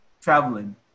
traveling